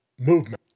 movement